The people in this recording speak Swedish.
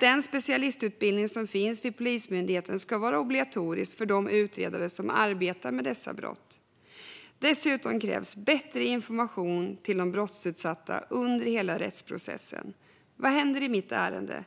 Den specialistutbildning som finns vid Polismyndigheten ska vara obligatorisk för de utredare som arbetar med dessa brott. Dessutom krävs bättre information till de brottsutsatta under hela rättsprocessen: Vad händer i mitt ärende?